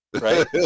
right